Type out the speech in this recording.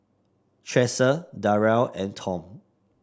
Tressa Darell and Tom